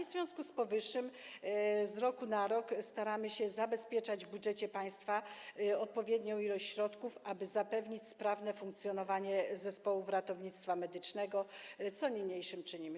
W związku z powyższym z roku na rok staramy się zabezpieczać w budżecie państwa odpowiednią ilość środków, aby zapewnić sprawne funkcjonowanie zespołów ratownictwa medycznego, co niniejszym czynimy.